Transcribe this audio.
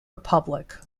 republic